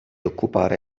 occupare